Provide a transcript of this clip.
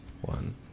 one